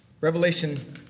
Revelation